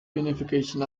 unification